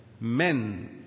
Men